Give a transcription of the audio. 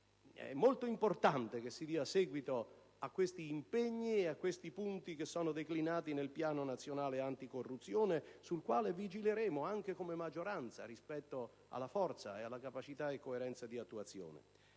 È molto importante che si dia seguito a questi impegni e a questi punti che sono declinati nel Piano nazionale anticorruzione, sul quale vigileremo anche come maggioranza rispetto alla forza, alla capacità e alla coerenza di attuazione.